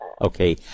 Okay